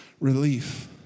relief